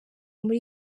muri